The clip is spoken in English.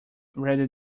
rather